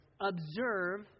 observe